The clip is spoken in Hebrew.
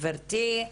גברתי.